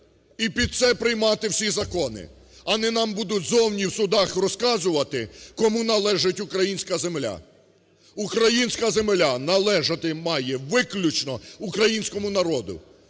і під це приймати всі закони. А не нам будуть зовні в судах розказувати, кому належить українська земля. Українська земля належати має виключно українському народу,